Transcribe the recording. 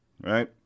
Right